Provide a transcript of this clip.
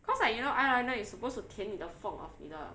because like you know eyeliner you suppose to 填你的缝 of 你的